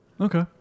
Okay